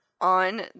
on